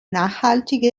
nachhaltige